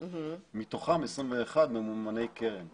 מתוכם 21 ממומני קרן .